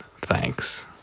Thanks